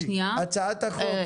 הצעת החוק?